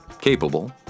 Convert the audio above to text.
capable